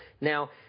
Now